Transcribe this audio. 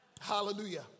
Hallelujah